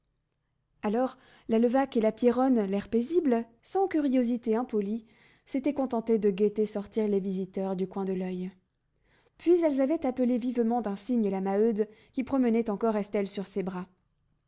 alors la levaque et la pierronne l'air paisible sans curiosité impolie s'étaient contentées de guetter sortir les visiteurs du coin de l'oeil puis elles avaient appelé vivement d'un signe la maheude qui promenait encore estelle sur ses bras